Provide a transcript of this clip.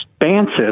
expansive